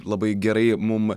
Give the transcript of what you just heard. labai gerai mum